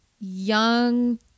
young